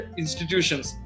institutions